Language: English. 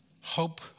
Hope